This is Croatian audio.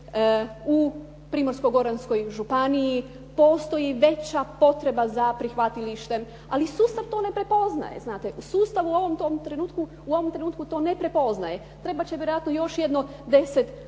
u Primorsko-goranskoj županiji postoji veća potreba za prihvatilištem ali sustav to ne prepoznaje. U sustavu to u ovom trenutku ne prepoznaje. Trebat će vjerojatno još jedno 10 godina